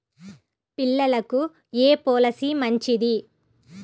పిల్లలకు ఏ పొలసీ మంచిది?